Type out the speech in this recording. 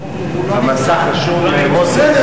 במסך רשום מוזס.